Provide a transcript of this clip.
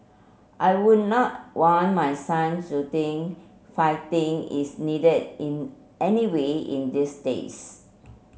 I would not want my son to think fighting is needed in any way in these days